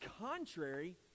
contrary